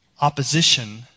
opposition